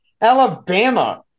Alabama